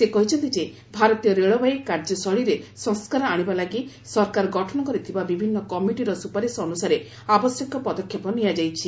ସେ କହିଛନ୍ତି ଯେ ଭାରତୀୟ ରେଳବାଇ କାର୍ଯ୍ୟଶୈଳୀରେ ସଂସ୍କାର ଆଶିବା ଲାଗି ସରକାର ଗଠନ କରିଥିବା ବିଭିନ୍ନ କମିଟିର ସୁପାରିଶ ଅନୁସାରେ ଆବଶ୍ୟକ ପଦକ୍ଷେପ ନିଆଯାଇଛି